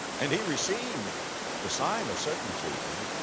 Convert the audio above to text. and he received the sign of circumcision,